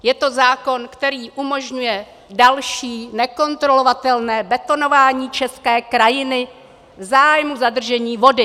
Je to zákon, který umožňuje další nekontrolovatelné betonování české krajiny v zájmu zadržení vody.